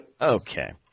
Okay